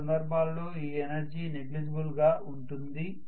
చాలా సందర్బాలలో ఈ ఎనర్జీ నెగ్లిజబుల్ గా ఉంటుంది